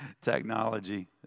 technology